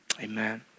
Amen